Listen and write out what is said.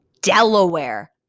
Delaware